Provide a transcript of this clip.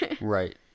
Right